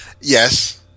yes